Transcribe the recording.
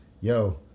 Yo